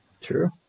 True